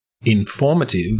Informative